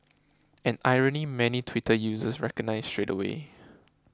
an irony many Twitter users recognised straight away